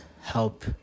help